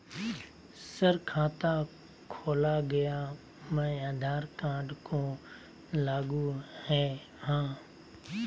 Sir खाता खोला गया मैं आधार कार्ड को लागू है हां?